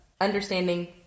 understanding